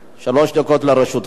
שלוש דקות לרשותך.